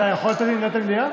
אתה יכול לתת לי לנהל את המליאה?